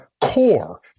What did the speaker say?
core